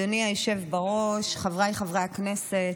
אדוני היושב בראש, חבריי חברי הכנסת,